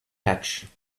hatch